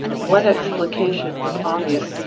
one explication was obvious,